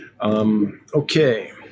Okay